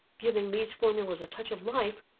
giving these formulas a touch of life,